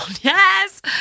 Yes